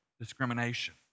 discrimination